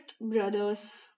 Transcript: brothers